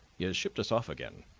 he has shipped us off again.